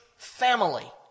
Family